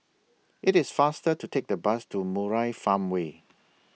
IT IS faster to Take The Bus to Murai Farmway